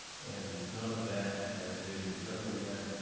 and none of that has been determined yet.